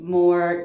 more